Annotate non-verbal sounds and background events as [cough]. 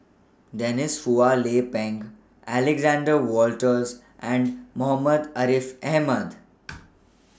Denise Phua Lay Peng Alexander Wolters and Muhammad Ariff Ahmad [noise]